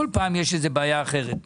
כל פעם יש איזה בעיה אחרת.